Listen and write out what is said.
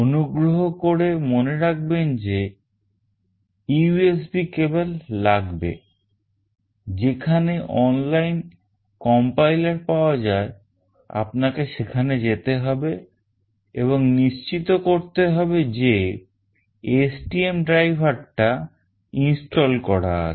অনুগ্রহ করে মনে রাখবেন যে USB cable লাগবে যেখানে online compiler পাওয়া যায় আপনাকে সেখানে যেতে হবে এবং নিশ্চিত করতে হবে যে STM driver টা install করা আছে